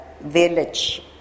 village